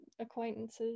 acquaintances